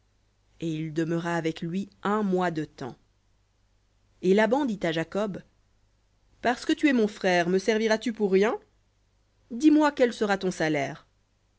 et il demeura avec lui un mois de temps et laban dit à jacob parce que tu es mon frère me serviras tu pour rien dis-moi quel sera ton salaire